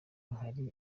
hari